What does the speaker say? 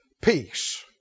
peace